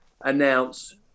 announce